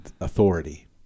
authority